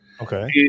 Okay